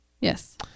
yes